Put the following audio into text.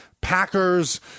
Packers